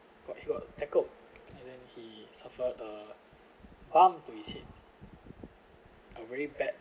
got he got tackled and then he suffered a bump to his head a very bad